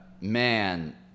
man